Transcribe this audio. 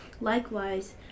Likewise